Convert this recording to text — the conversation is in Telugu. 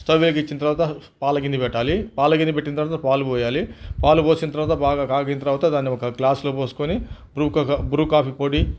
స్టవ్ వెలిగించిన తరువాత పాలగిన్నె పెట్టాలి పాల గిన్నె పెట్టిన తరువాత పాలు పోయాలి పాలు పోసిన తరువాత బాగా కాగిన తరువాత దాన్ని ఒక గ్లాస్లో పోసుకొని బ్రూ కా బ్రూ కాఫీ పొడి